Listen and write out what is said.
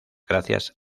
gracias